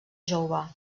jehovà